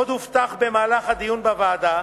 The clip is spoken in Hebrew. עוד הובטח במהלך הדיון בוועדה,